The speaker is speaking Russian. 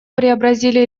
преобразили